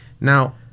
Now